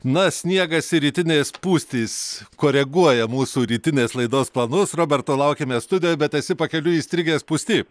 na sniegas ir rytinės spūstys koreguoja mūsų rytinės laidos planus roberto laukėme studijoj bet esi pakeliui įstrigęs spūsty